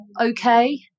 okay